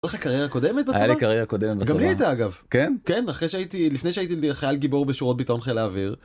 היתה לך קריירה קודמת בצבא? היתה לי קריירה קודמת בצבא. גם לי היתה, אגב. כן? כן. אחרי שהייתי לפני שהייתי חייל גיבור בשורות ביטאון חיל האוויר.